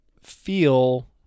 feel